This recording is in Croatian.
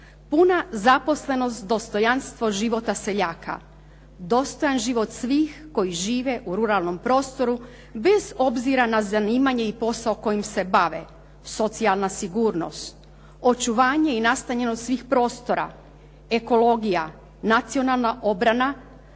Puna zaposlenost, dostojanstvo života seljaka. Dostojan život svih koji žive u ruralnom prostoru bez obzira na zanimanje i posao kojim se bave, socijalna sigurnost, očuvanje i nastanjenost svih prostora, ekologija, nacionalna obrana.